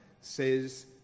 says